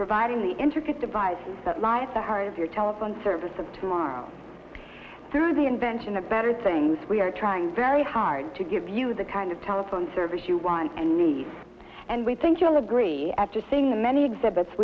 providing the intricate device that lives the heart of your telephone service of tomorrow through the invention the better things we are trying very hard to give you the kind of power phone service you want and need and we think you will agree after seeing the many exhibits